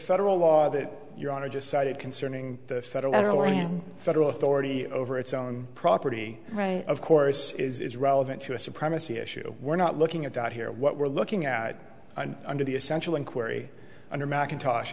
federal law that your honor just cited concerning the federal and federal authority over its own property rights of course is relevant to a supremacy issue we're not looking at that here what we're looking at under the essential inquiry under macintosh